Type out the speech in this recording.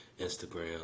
Instagram